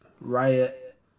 Riot